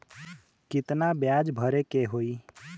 कितना ब्याज भरे के होई?